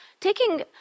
taking